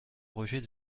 rejet